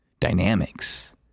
dynamics